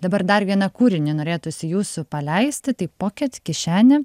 dabar dar vieną kūrinį norėtųsi jūsų paleisti tai poket kišenė